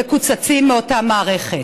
מקוצצים מאותה מערכת.